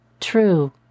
True